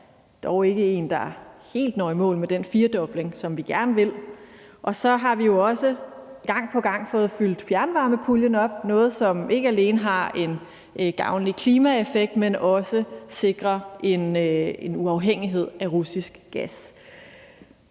dog ikke en, der helt når i mål med den firedobling, som vi gerne vil have. Og så har vi jo også gang på gang fået fyldt fjernvarmepuljen op – noget, som ikke alene har en gavnlig klimaeffekt, men også sikrer en uafhængighed af russisk gas.